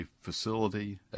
facility